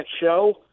show